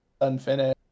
unfinished